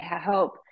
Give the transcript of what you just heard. help